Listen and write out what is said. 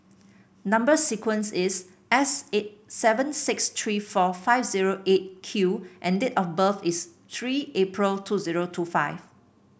number sequence is S eight seven six three four five zero Eight Q and date of birth is three April two zero two five